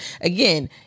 Again